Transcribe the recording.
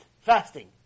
fasting